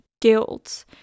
Guilt